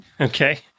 Okay